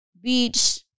beach